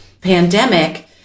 pandemic